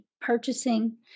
purchasing